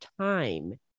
time